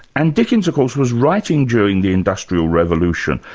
and dickens of course, was writing during the industrial revolution.